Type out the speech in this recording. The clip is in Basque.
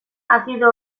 azido